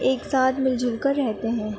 ایک ساتھ مل جل کر رہتے ہیں